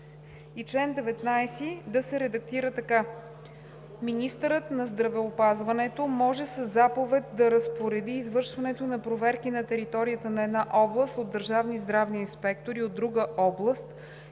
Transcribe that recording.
и чл. 19 да се редактира така: „Министърът на здравеопазването може със заповед да разпореди извършването на проверки на територията на една област от държавни здравни инспектори от друга област